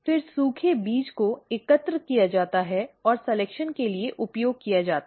फिर सूखे बीज को एकत्र किया जाता है और सेलेक्शन के लिए उपयोग किया जाता है